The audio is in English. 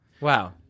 Wow